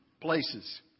places